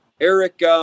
Eric, –